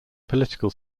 political